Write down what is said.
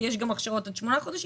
כי יש גם הכשרות עד שמונה חודשים,